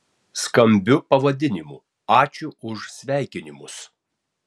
skambiu pavadinimu ačiū už sveikinimus